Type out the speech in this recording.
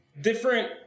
different